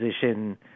position